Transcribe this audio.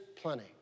plenty